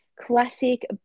classic